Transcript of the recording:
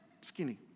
skinny